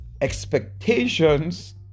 Expectations